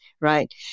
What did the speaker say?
right